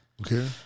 Okay